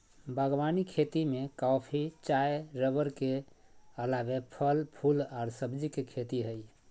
बागवानी खेती में कॉफी, चाय रबड़ के अलावे फल, फूल आर सब्जी के खेती हई